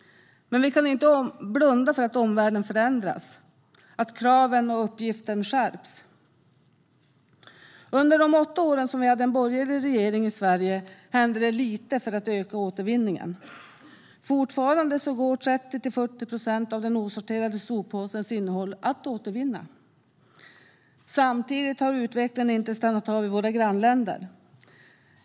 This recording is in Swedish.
Men vi kan inte blunda för att omvärlden förändras, att kraven och uppgiften skärps. Under de åtta år som vi hade en borgerlig regering i Sverige hände väldigt lite för att öka återvinningen. Fortfarande går 30-40 procent av den osorterade soppåsens innehåll att återvinna. Samtidigt har utvecklingen inte stannat av i våra grannländer.